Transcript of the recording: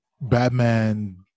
batman